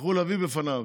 יצטרכו להביא בפניו